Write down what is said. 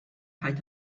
height